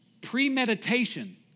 premeditation